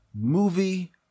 movie